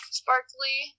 sparkly